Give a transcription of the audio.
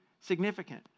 significant